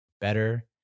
better